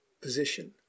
position